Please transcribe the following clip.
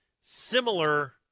similar